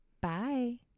Bye